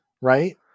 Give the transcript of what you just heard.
Right